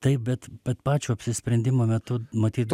taip bet bet pačio apsisprendimo metu matyt